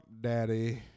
daddy